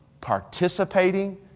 participating